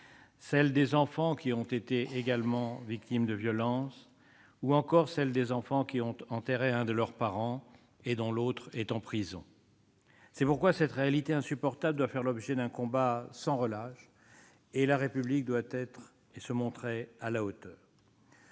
celles des enfants qui ont également été victimes de violences ou qui ont enterré un de leurs parents et dont l'autre est en prison. Cette réalité insupportable doit faire l'objet d'un combat sans relâche et la République doit se montrer à la hauteur.